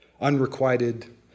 Unrequited